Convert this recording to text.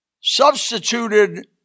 substituted